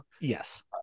Yes